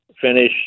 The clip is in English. finish